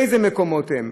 אילו מקומות הם?